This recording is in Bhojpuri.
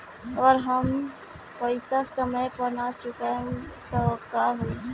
अगर हम पेईसा समय पर ना चुका पाईब त का होई?